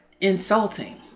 insulting